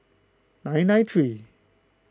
nine nine three